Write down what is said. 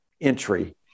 entry